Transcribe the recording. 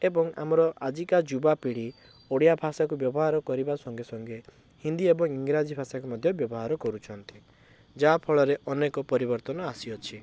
ଏବଂ ଆମର ଆଜିକା ଯୁବାପିଢ଼ି ଓଡ଼ିଆ ଭାଷାକୁ ବ୍ୟବହର କରିବା ସଙ୍ଗେ ସଙ୍ଗେ ହିନ୍ଦୀ ଏବଂ ଇଂରାଜୀ ଭାଷାକୁ ମଧ୍ୟ ବ୍ୟବହାର କରୁଛନ୍ତି ଯାହା ଫଳରେ ଅନେକ ପରିବର୍ତ୍ତନ ଆସିଅଛି